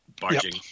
barging